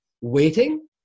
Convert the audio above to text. waiting